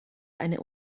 eine